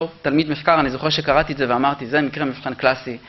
תלמיד מחקר, אני זוכר שקראתי את זה ואמרתי, זה מקרה מבחן קלאסי.